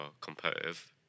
competitive